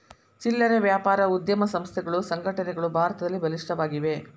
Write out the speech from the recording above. ಚಿಲ್ಲರೆ ವ್ಯಾಪಾರ ಉದ್ಯಮ ಸಂಸ್ಥೆಗಳು ಸಂಘಟನೆಗಳು ಭಾರತದಲ್ಲಿ ಬಲಿಷ್ಠವಾಗಿವೆ